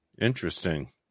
interesting